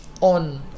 on